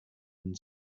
and